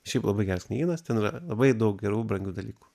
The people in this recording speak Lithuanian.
šiaip labai geras knygynas ten yra labai daug gerų brangių dalykų